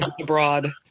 abroad